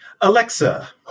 Alexa